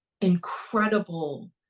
incredible